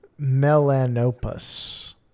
melanopus